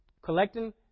Collecting